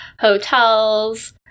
hotels